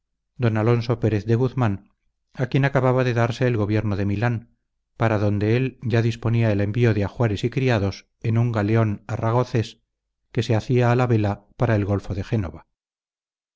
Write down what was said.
d alonso pérez de guzmán a quien acababa de darse el gobierno de milán para donde él ya disponía el envío de ajuares y criados en un galeón arragocés que se hacía a la vela para el golfo de génova